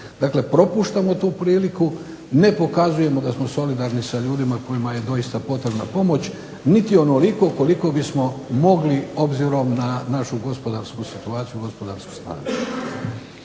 Dakle, propuštamo tu priliku, ne pokazujemo da smo solidarni sa ljudima kojima je doista potrebna pomoć niti onoliko koliko bismo mogli obzirom na našu gospodarsku situaciju, gospodarsko stanje.